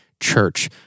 church